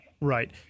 Right